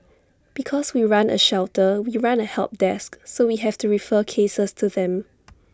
because we run A shelter we run A help desk so we have to refer cases to them